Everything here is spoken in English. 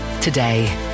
today